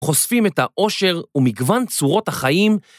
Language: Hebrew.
חושפים את העושר ומגוון צורות החיים